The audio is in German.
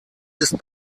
ist